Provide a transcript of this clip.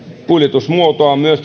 kuljetusmuotoa myös